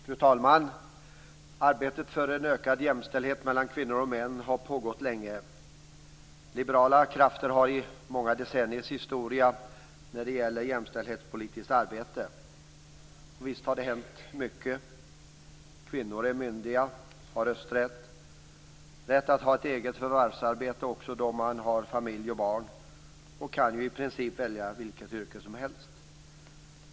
Fru talman! Arbetet för en ökad jämställdhet mellan kvinnor och män har pågått länge. Liberala krafter har många decenniers historia när det gäller jämställdhetspolitiskt arbete. Visst har det hänt mycket. Kvinnor är myndiga, har rösträtt, rätt att ha ett eget förvärvsarbete också om man har familj och barn och kan i princip välja vilket yrke som helst.